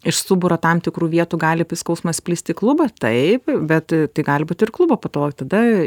iš stuburo tam tikrų vietų gali skausmas plisti klubas taip bet tai gali būt ir klubo patologija tada